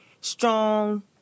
strong